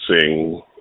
sing